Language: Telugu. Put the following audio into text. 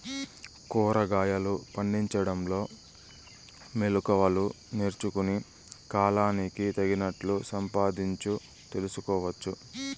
కూరగాయలు పండించడంలో మెళకువలు నేర్చుకుని, కాలానికి తగినట్లు సంపాదించు తెలుసుకోవచ్చు